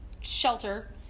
shelter